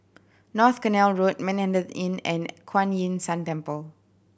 North Canal Road Manhattan Inn and Kuan Yin San Temple